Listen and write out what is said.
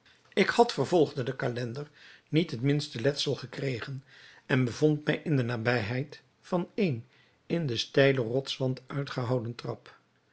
ik had vervolgde de calender niet het minste letsel gekregen en bevond mij in de nabijheid van een in den steilen rotswand uitgehouwen trap